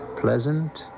pleasant